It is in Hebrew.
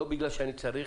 לא בגלל שאני צריך.